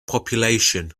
population